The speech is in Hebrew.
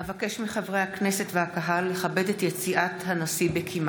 אבקש מחברי הכנסת והקהל לכבד את יציאת הנשיא בקימה.